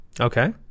okay